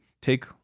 take